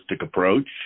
approach